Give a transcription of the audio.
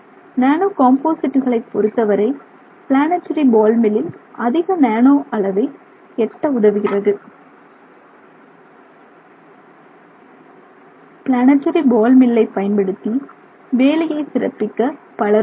நானோகாம்போசிட்டுகளை பொறுத்த வரை planetary ball மில்லில் அதிக நானோ அளவை எட்ட உதவுகிறது பிளானெட்டரி பால் மில்லை பயன்படுத்தி வேலையே சிறப்பிக்க பலர் உள்ளனர்